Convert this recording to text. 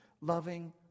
loving